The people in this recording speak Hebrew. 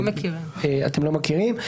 אנחנו לא מכירים.